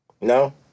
No